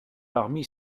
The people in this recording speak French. parmi